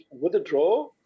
withdraw